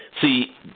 See